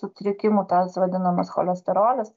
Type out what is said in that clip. sutrikimų tas vadinamas cholesterolis